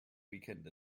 weekend